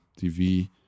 TV